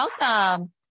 welcome